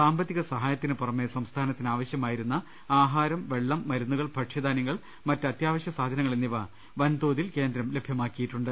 സാമ്പത്തിക സഹായത്തിന് പുറമെ സംസ്ഥാനത്തിന് ആവശ്യ മായിരുന്ന ആഹാരം വെള്ളം മരുന്നുകൾ ഭക്ഷ്യധാനൃങ്ങൾ മറ്റ് അത്യാവശ്യ സാധനങ്ങൾ എന്നിവ വൻതോതിൽ കേന്ദ്രം ലഭ്യമാക്കി യിട്ടുണ്ട്